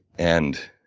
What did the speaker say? and